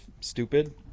stupid